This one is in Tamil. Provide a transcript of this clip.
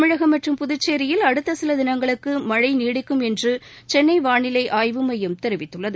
தமிழகம் மற்றும் புதுச்சேரியில் அடுத்த சில தினங்களுக்கு மழை நீடிக்கும் என்று சென்னை வானிலை ஆய்வு மையம் தெரிவித்துள்ளது